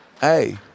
Hey